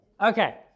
Okay